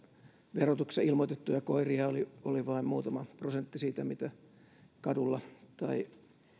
verotuksessa ilmoitettuja koiria oli oli vain muutama prosentti siitä mitä kadulla tai